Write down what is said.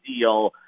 deal